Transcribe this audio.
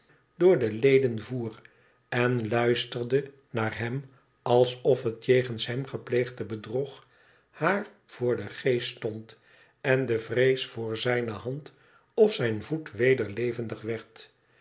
door de leden voer en luisterde naar hem alsof het jegens hem gepleegde bedrog haar voor den geest stond en de vrees voor zijne hand of zijn voet weder levendig werd